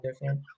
different